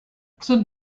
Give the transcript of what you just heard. saint